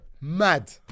mad